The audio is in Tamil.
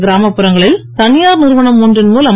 கிராமப்புறங்களில் தனியார் நிறுவனம் ஒன்றின் மூலம்